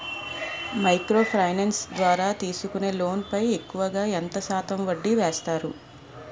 Micro finance ద్వారా తీసుకునే loan పై ఎక్కువుగా ఎంత శాతం వడ్డీ వేస్తారు?